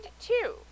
two